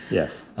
yes.